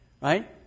right